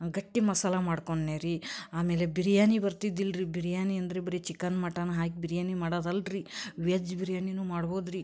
ಗಟ್ಟಿ ಮಸಾಲೆ ಮಾಡಿಕೊಂಡ್ನಿ ರೀ ಆಮೇಲೆ ಬಿರಿಯಾನಿ ಬರ್ತಿದ್ದಿಲ್ಲ ರೀ ಬಿರಿಯಾನಿ ಅಂದರೆ ಬರಿ ಚಿಕನ್ ಮಟನ್ ಹಾಕಿ ಬಿರಿಯಾನಿ ಮಾಡೋದಲ್ಲ ರಿ ವೆಜ್ ಬಿರಿಯಾನಿನೂ ಮಾಡ್ಬೋದು ರೀ